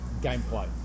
gameplay